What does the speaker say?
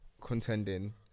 contending